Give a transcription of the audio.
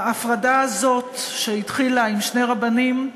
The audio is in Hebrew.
ההפרדה הזאת, שהתחילה עם שני רבנים,